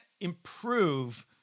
improve